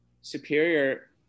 superior